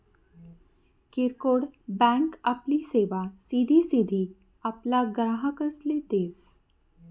किरकोड बँक आपली सेवा सिधी सिधी आपला ग्राहकसले देस